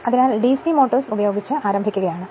അതിനാൽ ഡിസി മോട്ടോറുകൾ ഉപയോഗിച്ച് ആരംഭിക്കുക ആണ്